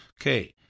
Okay